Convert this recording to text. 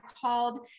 called